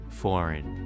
foreign